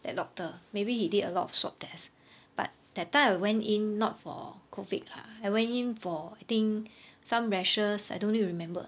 that doctor maybe he did a lot of swab test but that time I went in not for COVID lah I went in for I think some rashes I don't know you remember or not